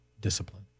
discipline